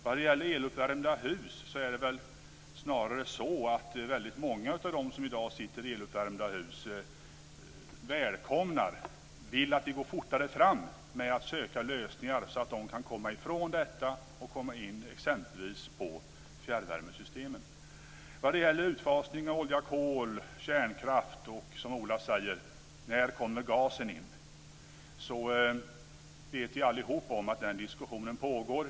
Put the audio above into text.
När det gäller eluppvärmda hus är det väl snarare så att väldigt många av dem som i dag sitter i sådana välkomnar och vill att vi går fortare fram med att söka lösningar så att de kan gå ifrån detta och komma in i exempelvis fjärrvärmesystemen. Sedan gäller det utfasning av olja, kol och kärnkraft och frågan som Ola ställer: När kommer gasen in? Vi vet alla att den diskussionen pågår.